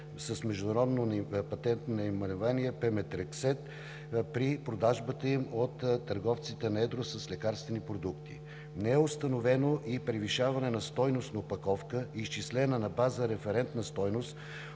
с международно непатентно наименование Pemetrexed при продажбата им от търговците на едро с лекарствени продукти. Не е установено и превишаване на стойност на опаковка, изчислена на база референтна стойност,